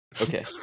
Okay